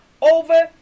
over